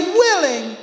willing